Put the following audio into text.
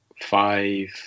five